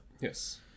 Yes